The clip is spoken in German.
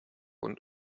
und